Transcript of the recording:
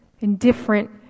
Indifferent